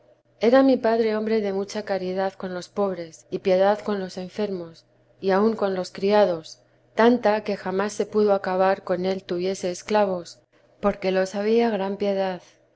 era mi padre hombre de mucha caridad con los pobres y piedad con los enfermos y aun con los criados tanta que jamás se pudo acabar con él tuviese esclavos porque los había gran piedad